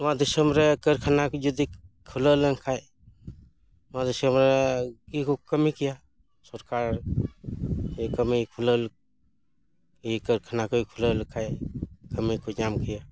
ᱱᱚᱣᱟ ᱫᱤᱥᱚᱢ ᱨᱮ ᱠᱟᱹᱨᱠᱷᱟᱱᱟ ᱠᱚ ᱡᱩᱫᱤ ᱠᱷᱩᱞᱟᱹᱣ ᱞᱮᱱᱠᱷᱟᱱ ᱱᱚᱣᱟ ᱫᱤᱥᱚᱢ ᱨᱮᱠᱤ ᱠᱚ ᱠᱟᱹᱢᱤ ᱠᱮᱭᱟ ᱥᱚᱨᱠᱟᱨ ᱤᱭᱟᱹ ᱠᱟᱹᱢᱤ ᱠᱷᱩᱞᱟᱹᱣ ᱤᱭᱟᱹ ᱠᱟᱹᱨᱠᱷᱟᱱᱟ ᱠᱚᱭ ᱠᱷᱩᱞᱟᱹᱣ ᱞᱮᱠᱷᱟᱱ ᱠᱟᱹᱢᱤ ᱠᱚ ᱧᱟᱢ ᱠᱮᱭᱟ